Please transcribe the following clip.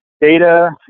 data